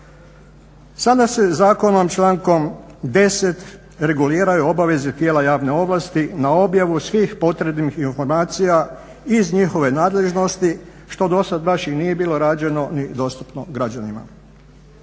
Sada se zakonom člankom 10. reguliraju obaveze tijela javne vlasti na objavu svih potrebnih informacija iz njihove nadležnosti što dosad baš i nije bilo rađeno ni dostupno građanima.